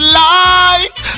light